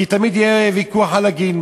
כי תמיד יהיה ויכוח על הגיל.